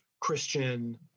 Christian